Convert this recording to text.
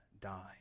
die